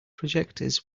projectors